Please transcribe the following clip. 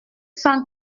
cent